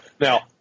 Now